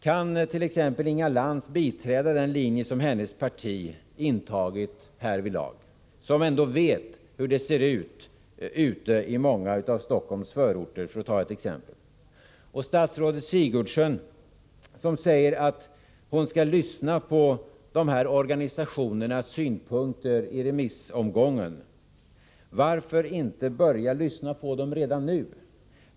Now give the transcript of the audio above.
Kan Inga Lantz biträda den linje som hennes parti intagit härvidlag, som ändå vet hur det ser ut i många av Stockholms förorter, för att ta ett exempel? Statsrådet Sigurdsen säger att hon skall lyssna på de här organisationernas synpunkter i remissomgången. Varför inte börja lyssna på dem redan nu?